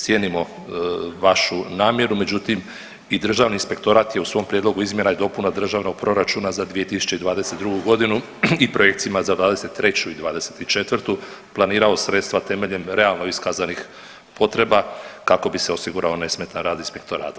Cijenimo vašu namjeru, međutim i Državni inspektorat je u svom prijedlogu izmjena i dopuna Državnog proračuna za 2022. godinu i projekcijama za 2023. i 2024. planirao sredstva temeljem realno iskazanih potreba kako bi se osigurao nesmetan rad inspektorata.